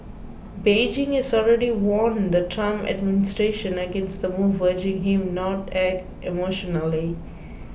Beijing has already warned the Trump administration against the move urging him not act emotionally